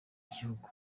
gihugu